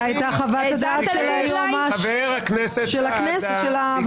זו הייתה חוות הדעת של היועמ"ש של הוועדה.